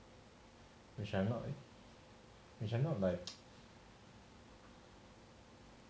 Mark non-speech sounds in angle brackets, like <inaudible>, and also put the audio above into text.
which I am not like <noise>